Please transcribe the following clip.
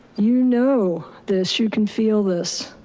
you know this, you can feel this.